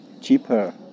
Cheaper